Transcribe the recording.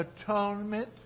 atonement